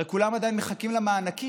הרי כולם עדיין מחכים למענקים.